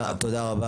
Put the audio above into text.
תודה, תודה רבה.